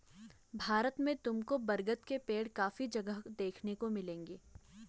भारत में तुमको बरगद के पेड़ काफी जगह देखने को मिलेंगे